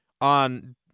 on